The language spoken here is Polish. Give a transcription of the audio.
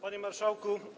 Panie Marszałku!